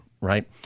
right